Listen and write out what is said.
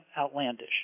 outlandish